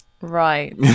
Right